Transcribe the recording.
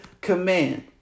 command